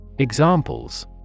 Examples